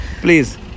Please